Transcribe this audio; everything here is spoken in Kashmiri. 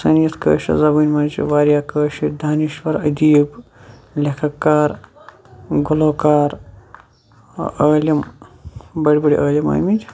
سانہِ یَتھ کٲشرِ زَبٲنۍ مَنٛز چھِ واریاہ کٲشِر دانِشوَر ادیٖب لیٚکھَکھ کار گُلوکار عٲلِم بٔڑ بٔڑ عٲلِم آمٕتۍ